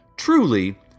Truly